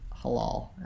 halal